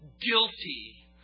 guilty